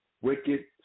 wicked